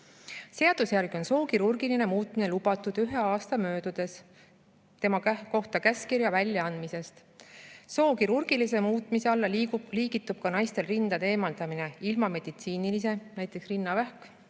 Seaduse järgi on soo kirurgiline muutmine lubatud ühe aasta möödudes tema kohta käskkirja väljaandmisest. Soo kirurgilise muutmise alla liigitub ka naistel rindade eemaldamine ilma meditsiinilise näidustuseta,